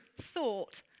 thought